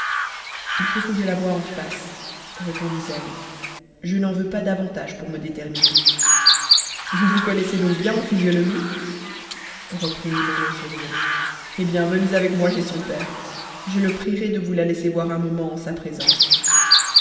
il faut que je la voie en face répondit zeyn je n'en veux pas davantage pour me déterminer vous vous connaissez donc bien en physionomies reprit l'iman en souriant hé bien venez avec moi chez son père je le prierai de vous la laisser voir un moment en sa présence